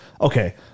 okay